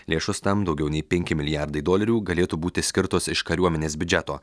lėšos tam daugiau nei penki milijardai dolerių galėtų būti skirtos iš kariuomenės biudžeto